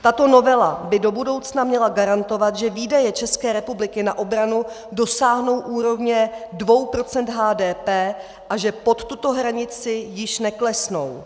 Tato novela by do budoucna měla garantovat, že výdaje České republiky na obranu dosáhnou úrovně 2 procent HDP a že pod tuto hranici již neklesnou.